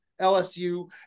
LSU